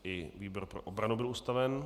I výbor pro obranu byl ustaven.